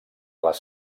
les